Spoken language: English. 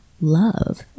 love